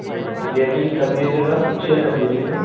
یہ بھی کر دیجیے گا چھ کر دیجیے گا